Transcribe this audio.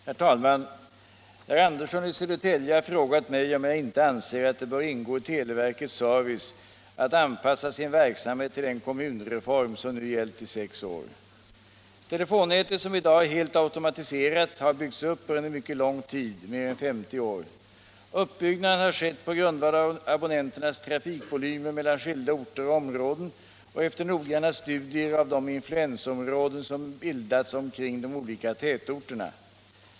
Herr talman! Herr Andersson i Södertälje har frågat mig om jag inte anser att det bör ingå i televerkets service att anpassa sin verksamhet till den kommunreform som nu gällt i sex år. Telefonnätet, som i dag är helt automatiserat, har byggts upp under en mycket lång tid, mer än 50 år. Uppbyggnaden har skett på grundval av abonnenternas teletrafik mellan skilda orter och områden och efter noggranna studier av de influensområden som bildats omkring de olika tätorterna.